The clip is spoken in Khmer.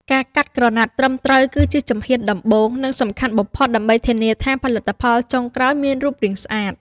ការកាត់ក្រណាត់ត្រឹមត្រូវគឺជាជំហានដំបូង និងសំខាន់បំផុតដើម្បីធានាថាផលិតផលចុងក្រោយមានរូបរាងស្អាត។